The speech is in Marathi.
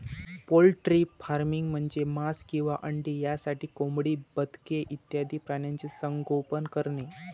पोल्ट्री फार्मिंग म्हणजे मांस किंवा अंडी यासाठी कोंबडी, बदके इत्यादी प्राण्यांचे संगोपन करणे